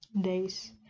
days